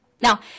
Now